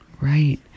right